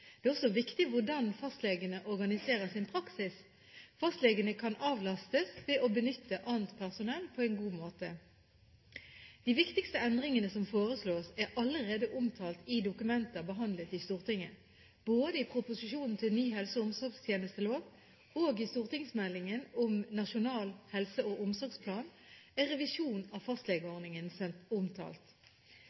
Det er også viktig hvordan fastlegene organiserer sin praksis. Fastlegene kan avlastes ved å benytte annet personell på en god måte. De viktigste endringene som foreslås, er allerede omtalt i dokumenter behandlet i Stortinget. Både i proposisjonen til ny helse- og omsorgstjenestelov og i stortingsmeldingen om Nasjonal helse- og omsorgsplan er revisjon av fastlegeordningen omtalt.